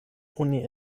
oni